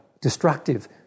destructive